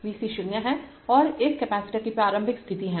V c 0 है यह इस कपैसिटर की प्रारंभिक स्थिति है